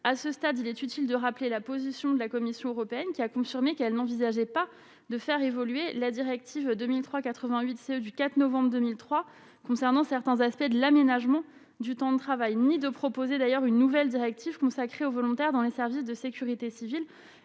à ce stade, il est utile de rappeler la position de la Commission européenne, qui a confirmé qu'elle n'envisageait pas de faire évoluer la directive 2003 88, celle du 4 novembre 2003 concernant certains aspects de l'aménagement du temps de travail ni de proposer d'ailleurs une nouvelle directive consacrée aux volontaires dans les services de sécurité civile,